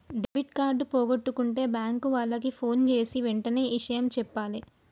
debit card పోగొట్టుకుంటే bank వాళ్లకి ఫోన్జేసి వెంటనే ఇషయం జెప్పాలే